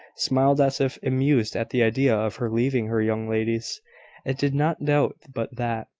smiled as if amused at the idea of her leaving her young ladies and did not doubt but that,